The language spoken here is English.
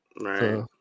Right